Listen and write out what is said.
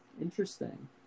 Interesting